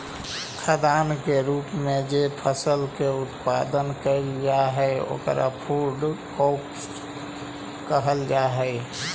खाद्यान्न के रूप में जे फसल के उत्पादन कैइल जा हई ओकरा फूड क्रॉप्स कहल जा हई